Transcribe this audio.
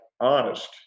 honest